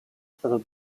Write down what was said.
stato